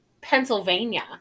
Pennsylvania